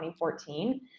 2014